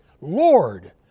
Lord